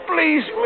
Please